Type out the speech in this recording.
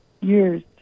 years